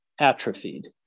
atrophied